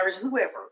whoever